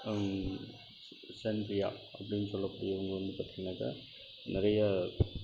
சந்தியா அப்படினு சொல்லக்கூடிய இவங்க வந்து பார்த்திங்கனாக்க நிறைய